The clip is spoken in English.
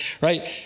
Right